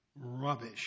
rubbish